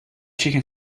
chicken